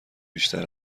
بیشتر